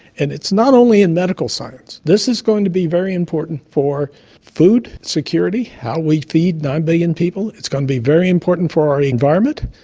and it's not only in medical science. this is going to be very important for food security, how we feed nine billion people, it's going to be very important for our environment,